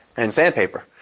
and sandpaper.